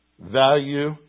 Value